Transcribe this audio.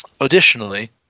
Additionally